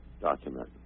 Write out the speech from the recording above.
document